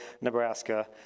Nebraska